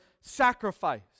sacrifice